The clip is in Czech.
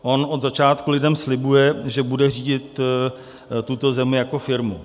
On od začátku lidem slibuje, že bude řídit tuto zemi jako firmu.